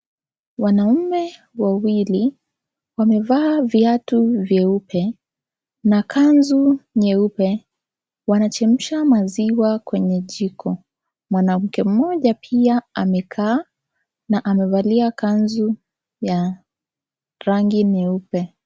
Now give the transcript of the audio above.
Wanaume wawili wamevaa viatu vyeupe na kanzu nyeupe wanachemsha maziwa kwenye jiko mwanamke moja pia amekaa na amevalia kanzu ya rangi nyeupe.